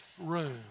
room